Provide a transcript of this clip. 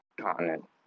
continent